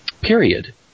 period